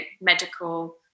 medical